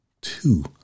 two